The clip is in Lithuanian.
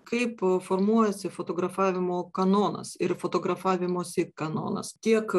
kaip formuojasi fotografavimo kanonas ir fotografavimosi kanonas tiek